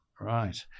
right